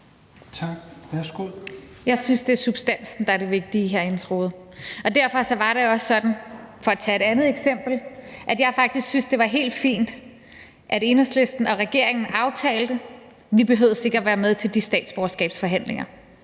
Jeg synes, det er substansen, der er det vigtige, hr. Jens Rohde. Derfor var det også sådan, for at tage et andet eksempel, at jeg faktisk synes, det var helt fint, at Enhedslisten og regeringen aftalte, at vi ikke behøvede at være med til de statsborgerskabsforhandlinger.